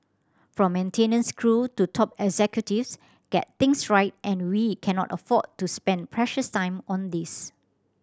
from maintenance crew to top executives get things right and we cannot afford to spend precious time on this